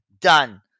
Done